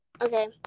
Okay